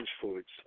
foods